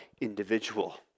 individual